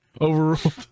Overruled